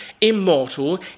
immortal